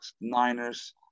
Niners